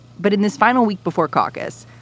but in this final week before caucus,